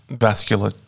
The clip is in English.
vascular